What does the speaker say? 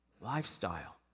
lifestyle